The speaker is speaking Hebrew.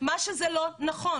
מה שזה לא נכון.